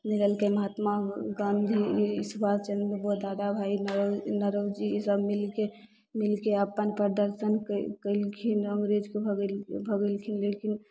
नहि लेलकै Mahatma Gandhi Subhash Chandra Bose Dadabhai Naoroji ईसब मिलके मिलके अपन प्रदर्शन कै कयलखिन अङ्ग्रेजके भगे भगेलखिन ओगेलखिन